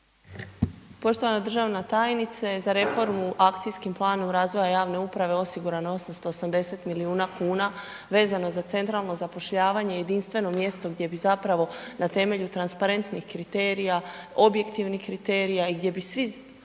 Poštovana državna tajnice, za reformu akcijskim planom razvoja javne uprave, osigurano je 880 milijuna kuna, vezano za centralno zapošljavanje, jedinstveno mjesto gdje bi zapravo na temelju transparentnih kriterija, objektivnih kriterija i gdje bi svi